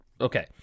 Okay